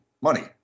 money